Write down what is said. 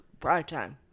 Primetime